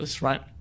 right